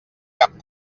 cap